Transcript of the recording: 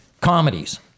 comedies